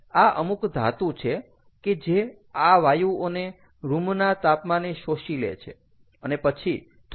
આ અમુક ધાતુ છે કે જે આ વાયુઓને રૂમના તાપમાને શોષી લે છે અને પછી થોડી ગરમી આપવાથી તેને છોડે છે